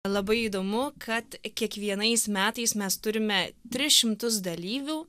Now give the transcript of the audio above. labai įdomu kad kiekvienais metais mes turime tris šimtus dalyvių